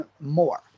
more